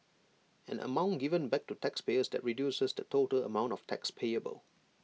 an amount given back to taxpayers that reduces the total amount of tax payable